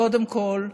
קודם כול,